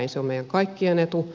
se on meidän kaikkien etu